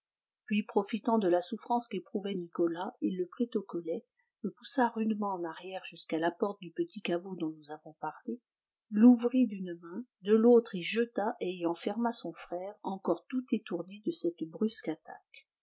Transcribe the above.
puis profitant de la souffrance qu'éprouvait nicolas il le prit au collet le poussa rudement en arrière jusqu'à la porte du petit caveau dont nous avons parlé l'ouvrit d'une main de l'autre y jeta et y enferma son frère encore tout étourdi de cette brusque attaque